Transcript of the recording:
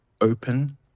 open